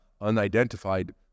unidentified